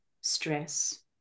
stress